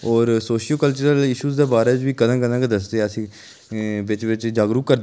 होर social culture issues दे बारे च बी कदें कदें गै दसदे असें ई बिच बिच जागरूक करदे